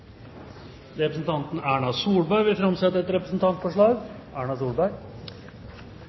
Representanten Erna Solberg vil framsette et representantforslag.